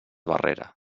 barrera